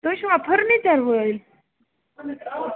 تُہۍ چھُوا فرنیٖچر وٲلۍ